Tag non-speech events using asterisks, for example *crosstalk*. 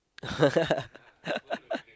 *laughs*